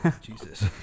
Jesus